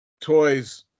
toys